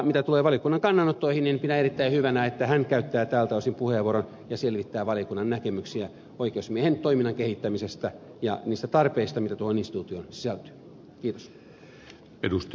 mitä tulee valiokunnan kannanottoihin niin pidän erittäin hyvänä että hän käyttää tältä osin puheenvuoron ja selvittää valiokunnan näkemyksiä oikeusasiamiehen toiminnan kehittämisestä ja niistä tarpeista mitä tuohon instituutioon sisältyy